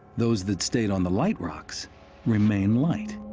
those that stayed on the light rocks remain light.